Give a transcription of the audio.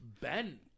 Ben